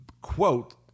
quote